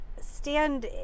stand